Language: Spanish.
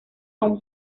aún